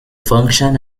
function